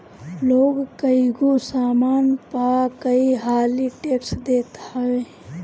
लोग कईगो सामान पअ कई हाली टेक्स देत हवे